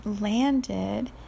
landed